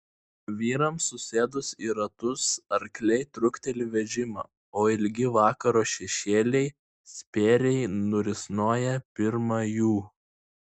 vyrams susėdus į ratus arkliai trukteli vežimą o ilgi vakaro šešėliai spėriai nurisnoja pirma jų